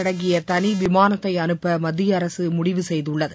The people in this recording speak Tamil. அடங்கிய தனி விமானத்தை அனுப்ப மத்திய அரசு முடிவு செய்துள்ளது